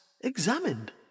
examined